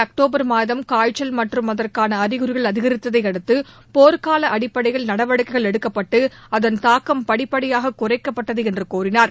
October மாதம் காய்ச்சல் மற்றும் அதற்கான அறிகுறிகள் சென்ற அதிகரித்தையடுத்து போர்க்கால அடிப்படையில் நடவடிக்கைகள் எடுக்கப்பட்டு அதன் தாக்கம் படிப்படியாக குறைக்கப்பட்டது என்று கூறினார்